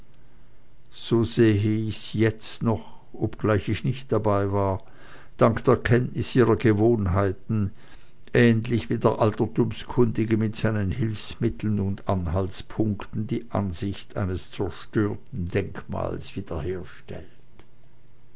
so sehe ich sie jetzt noch obgleich ich nicht dabei war dank der kenntnis ihrer gewohnheiten ähnlich wie der altertumskundige mit seinen hilfsmitteln und anhaltspunkten die ansicht eines zerstörten denkmales